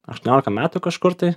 aštuoniolika metų kažkur tai